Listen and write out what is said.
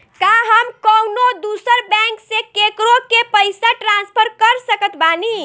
का हम कउनों दूसर बैंक से केकरों के पइसा ट्रांसफर कर सकत बानी?